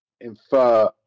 infer